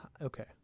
okay